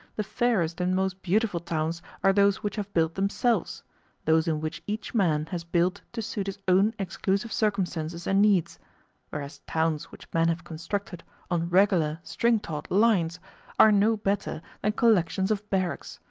the fairest and most beautiful towns are those which have built themselves those in which each man has built to suit his own exclusive circumstances and needs whereas towns which men have constructed on regular, string-taut lines are no better than collections of barracks.